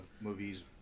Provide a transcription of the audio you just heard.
movies